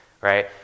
right